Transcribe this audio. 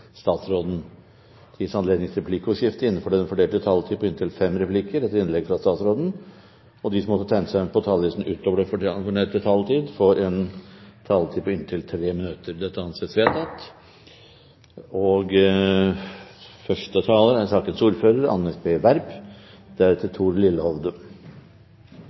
til statsråden. Videre vil presidenten foreslå at det gis anledning til replikkordskifte på inntil fem replikker med svar etter innlegget fra statsråden innenfor den fordelte taletid. Videre foreslår presidenten at de som måtte tegne seg på talerlisten utover den fordelte taletid, får en taletid på inntil 3 minutter. – Det anses vedtatt.